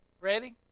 Ready